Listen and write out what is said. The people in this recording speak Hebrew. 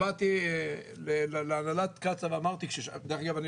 באתי להנהלת קצא"א ואמרתי דרך אגב,